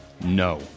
no